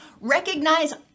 Recognize